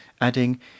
adding